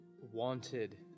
wanted